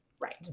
Right